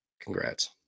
Congrats